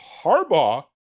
Harbaugh